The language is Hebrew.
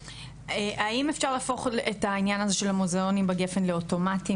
האם אפשר להפוך את העניין של המוזיאונים בגפן לאוטומטים